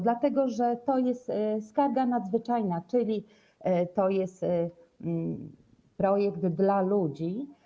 Dlatego że to jest skarga nadzwyczajna, czyli to jest projekt dla ludzi.